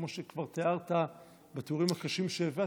כמו שכבר תיארת בתיאורים הקשים שהבאת,